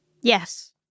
Yes